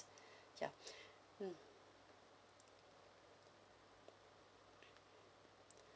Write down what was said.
ya hmm